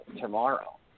tomorrow